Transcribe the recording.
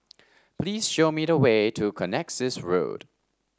please show me the way to Connexis Road